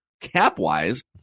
cap-wise